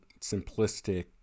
simplistic